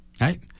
Right